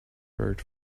buried